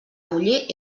muller